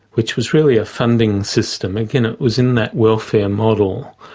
which was really a funding system again it was in that welfare model,